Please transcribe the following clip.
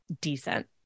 decent